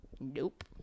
Nope